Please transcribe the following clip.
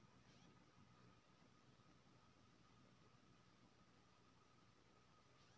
दिक्कत इ छै की हुनकर खाता दोसर बैंक में छै, आरो उ दोसर शहर में रहें छथिन